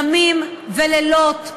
ימים ולילות,